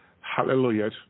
hallelujah